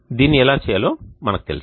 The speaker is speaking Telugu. దీన్ని ఎలా చేయాలో మనకు తెలుసు